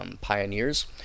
pioneers